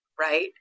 right